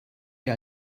wer